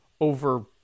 over